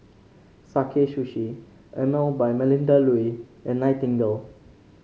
Sakae Sushi Emel by Melinda Looi and Nightingale